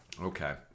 Okay